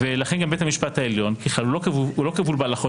לכן גם בית המשפט העליון לא כבול בהלכות